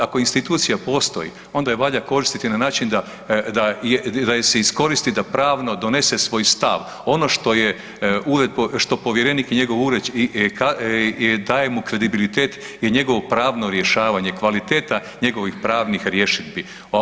Ako institucija postoji, onda je valja koristiti na način da je se iskoristi da pravno donese svoj stav, ono što povjerenik i njegov ured daje mu kredibilitet je njegovo pravno rješavanje, kvaliteta njegovih pravnih rješidbi.